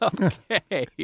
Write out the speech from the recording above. Okay